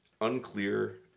unclear